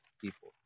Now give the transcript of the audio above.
people